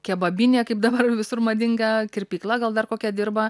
kebabinė kaip dabar visur madinga kirpykla gal dar kokia dirba